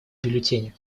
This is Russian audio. бюллетени